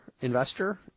investor